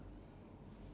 eight more minutes